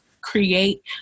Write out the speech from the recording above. create